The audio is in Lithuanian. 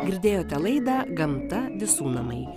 girdėjote laidą gamta visų namai